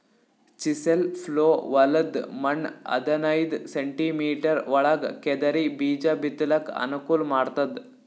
chisel plough ಹೊಲದ್ದ್ ಮಣ್ಣ್ ಹದನೈದ್ ಸೆಂಟಿಮೀಟರ್ ಒಳಗ್ ಕೆದರಿ ಬೀಜಾ ಬಿತ್ತಲಕ್ ಅನುಕೂಲ್ ಮಾಡ್ತದ್